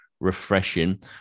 refreshing